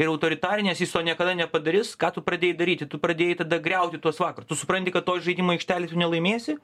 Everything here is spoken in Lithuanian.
ir autoritarinės jis to niekada nepadarys ką tu pradėjai daryti tu pradėjai tada griauti tuos vakarus tu supranti kad toj žaidimų aikštelėj tu nelaimėsi